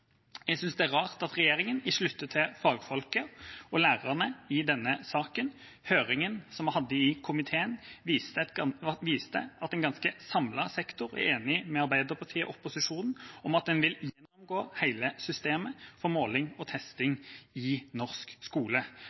Jeg synes det er rart at regjeringa ikke lytter til fagfolket og lærerne i denne saken. Høringen som vi hadde i komiteen, viste at en ganske samlet sektor er enig med Arbeiderpartiet og opposisjonen i at en vil gjennomgå hele systemet for måling og testing i norsk skole.